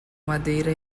madeira